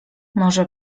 może